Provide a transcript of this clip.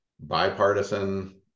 bipartisan